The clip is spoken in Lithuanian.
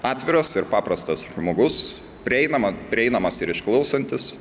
atviras ir paprastas žmogus prieinama prieinamas ir išklausantis